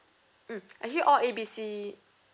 mm actually all A B C